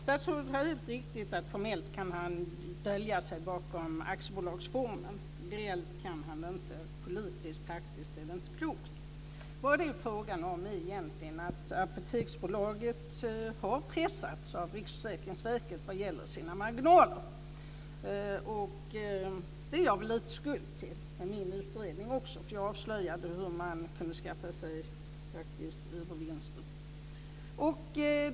Fru talman! Det är helt riktigt att statsrådet formellt kan dölja sig bakom aktiebolagsformen. Reellt kan han det inte. Politiskt-praktiskt är det inte klokt. Vad det är frågan om är egentligen att Apoteksbolaget har pressats av Riksförsäkringsverket vad gäller sina marginaler. Det är jag väl lite skuld till, med min utredning också, för jag avslöjade hur man kunde skaffa sig övervinster.